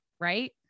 right